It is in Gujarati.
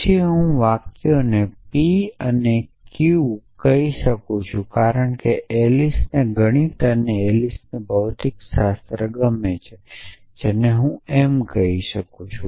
પછી હું વાક્યોને p અને q કહી શકું કારણ કે એલિસ ને ગણિત અને એલિસને ભૌતિકશાસ્ત્ર ગમે છે જેને હું m કહી શકું છું